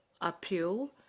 appeal